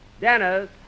Dennis